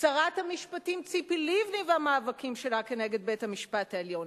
שרת המשפטים ציפי לבני והמאבקים שלה כנגד בית-המשפט העליון,